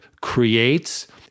creates